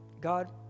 God